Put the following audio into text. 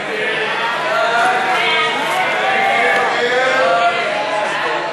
ההצעה להעביר את הצעת חוק לעידוד